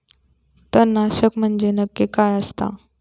तणनाशक म्हंजे नक्की काय असता?